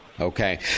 Okay